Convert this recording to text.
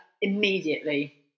immediately